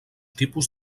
tipus